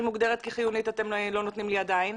מוגדרת כחיונית אתם לא נותנים לי עדיין?